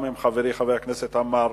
וגם עם חברי חבר הכנסת עמאר